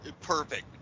perfect